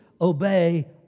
obey